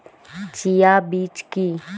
Chia বীজ কী?